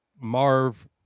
Marv